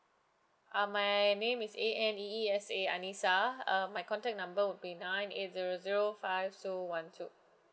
uh my name is A N E E S A aneesa um my contact number would be nine eight zero zero five zero one two